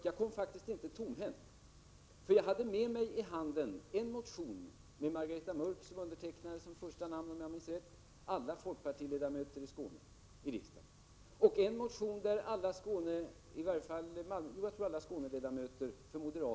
Jag kom inte tomhänt, Margareta Mörck, utan jag hade med mig en motion av alla folkpartistiska riksdagsledamöter i Skåne, med Margareta Mörck som första namn, och en motion av alla moderata ledamöter i Skåne.